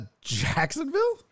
Jacksonville